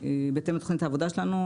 ובהתאם לתכנית העבודה שלנו,